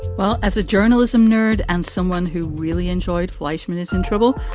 well, as a journalism nerd and someone who really enjoyed fleischman is in trouble.